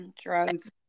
Drugs